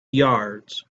yards